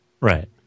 Right